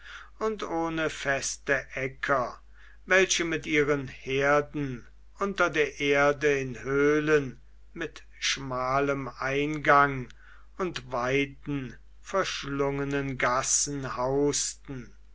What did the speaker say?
und ohne feste äcker welche mit ihren herden unter der erde in höhlen mit schmalem eingang und weiten verschlungenen gassen hausten